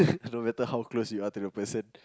no matter how close you are to the person